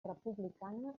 republicana